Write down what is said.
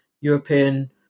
European